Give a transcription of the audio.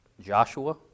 Joshua